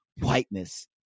whiteness